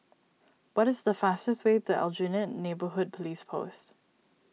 what is the fastest way to Aljunied Neighbourhood Police Post